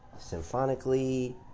symphonically